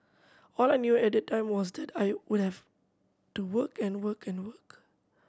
all I knew at that time was that I would have to work and work and work